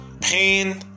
pain